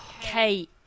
Kate